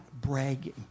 bragging